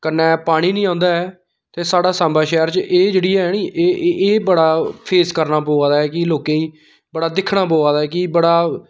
कन्नै पानी नी आंदा ऐ ते स्हाड़ा साम्बा शैह्र च एह् जेह्ड़ी ऐ नी एह् एह् एह् बड़ा फेस करना पौआ दा ऐ कि लोकें गी बड़ा दिक्खना पौआ दा ऐ कि बड़ा